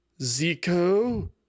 Zico